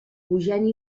pujant